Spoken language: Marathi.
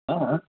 हां हां